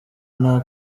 nta